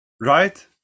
right